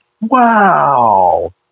wow